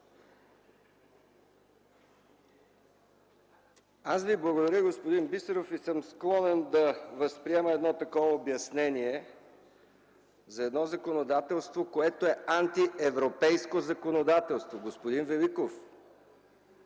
Аз Ви благодаря, господин Бисеров. Склонен съм да възприема едно такова обяснение за едно законодателство, което е антиевропейско законодателство. Господин Великов,